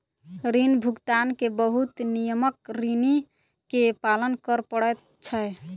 ऋण भुगतान के बहुत नियमक ऋणी के पालन कर पड़ैत छै